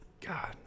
God